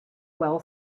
well